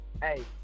Hey